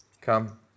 Come